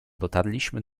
dotarliśmy